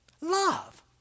Love